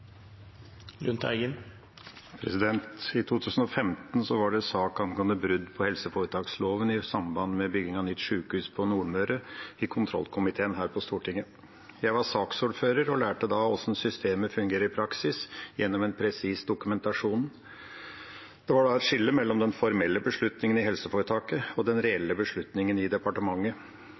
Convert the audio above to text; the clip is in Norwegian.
I 2015 var det en sak i kontrollkomiteen her på Stortinget angående brudd på helseforetaksloven i samband med bygging av nytt sykehus på Nordmøre. Jeg var saksordfører og lærte hvordan systemet fungerer i praksis, gjennom en presis dokumentasjon. Det var et skille mellom den formelle beslutningen i helseforetaket og den reelle beslutningen i departementet.